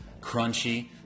crunchy